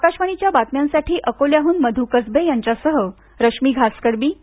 आकाशवाणीच्या बातम्यांसाठी अकोल्याहन मध् कसबे यांच्यासहरश्मी घासकडबी पुणे